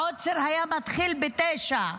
העוצר היה מתחיל ב-21:00,